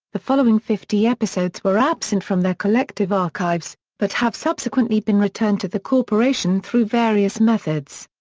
the following fifty episodes were absent from their collective archives, but have subsequently been returned to the corporation through various methods.